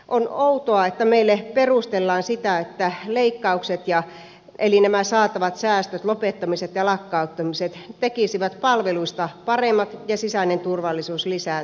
on outoa että meille perustellaan sitä että leikkaukset eli nämä saatavat säästöt lopettamiset ja lakkauttamiset tekisivät palveluista paremmat ja sisäinen turvallisuus lisääntyisi